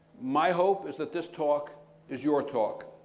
my hope is that this talk is your talk